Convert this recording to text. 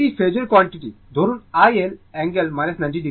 এটি ফেজোর কোয়ান্টিটি ধরুন iL অ্যাঙ্গেল 90o